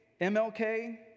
MLK